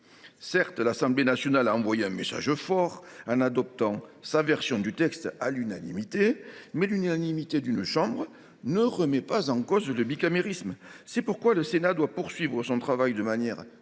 Certes, l’Assemblée nationale a envoyé un message fort en votant sa version du texte à l’unanimité ; mais l’unanimité d’une chambre ne remet pas en cause le bicamérisme. Le Sénat doit poursuivre son travail de manière